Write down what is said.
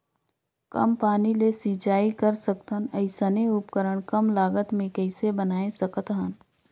कम पानी ले सिंचाई कर सकथन अइसने उपकरण कम लागत मे कइसे बनाय सकत हन?